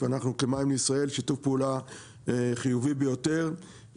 שיתוף פעולה חיובי ביותר,